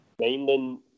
mainland